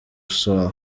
soul